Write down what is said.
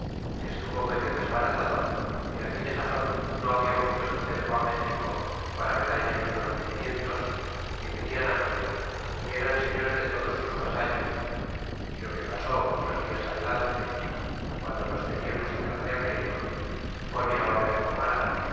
que estuvo medio desbaratado y en aquella sazon no habiamos puesto cerco méxico para vedalles los mantenimientos ni tenían hambre y eran señores de todos sus vasallos y lo que pasó muchos dias adelante guando los teniamos en grande aprieto pone ahora el